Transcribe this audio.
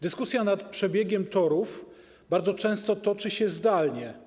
Dyskusja nad przebiegiem torów bardzo często toczy się zdalnie.